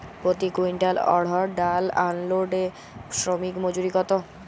প্রতি কুইন্টল অড়হর ডাল আনলোডে শ্রমিক মজুরি কত?